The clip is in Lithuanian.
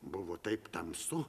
buvo taip tamsu